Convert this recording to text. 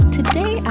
Today